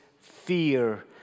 fear